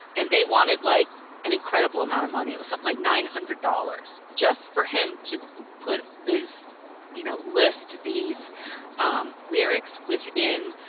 and they wanted like an incredible amount of money, it was something like nine hundred dollars just for him to put this you know list these lyrics within.